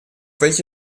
welche